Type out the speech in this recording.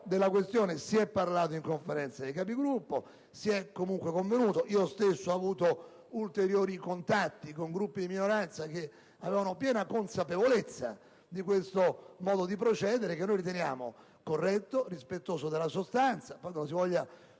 della questione si è parlato in Conferenza dei Capigruppo, si è comunque convenuto. Io stesso ho avuto ulteriori contatti con esponenti della minoranza, che avevano piena consapevolezza di questo modo di procedere, che noi riteniamo corretto e rispettoso delle regole, nella